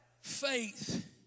faith